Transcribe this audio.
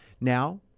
Now